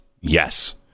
Yes